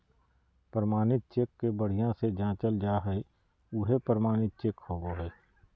प्रमाणित चेक के बढ़िया से जाँचल जा हइ उहे प्रमाणित चेक होबो हइ